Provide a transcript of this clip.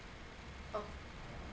oh